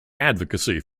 advocacy